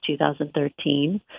2013